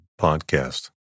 podcast